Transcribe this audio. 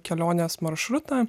kelionės maršrutą